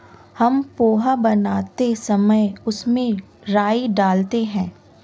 हम पोहा बनाते समय उसमें राई डालते हैं